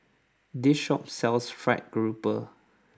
this shop sells Fried Garoupa